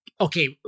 Okay